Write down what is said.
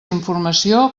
informació